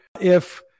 if-